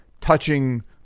touching